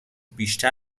بیشتر